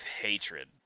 hatred